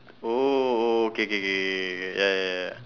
oh oh K K K K K ya ya ya ya